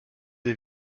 des